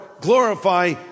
glorify